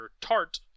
Tart